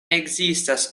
ekzistas